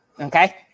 okay